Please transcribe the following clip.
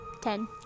Ten